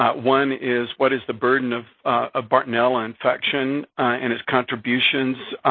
one is what is the burden of of bartonella infection and its contributions,